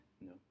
No